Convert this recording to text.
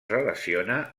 relaciona